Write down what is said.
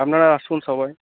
আপনারা আসুন সবাই